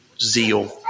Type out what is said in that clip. zeal